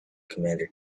commander